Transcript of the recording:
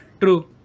True